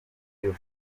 iyo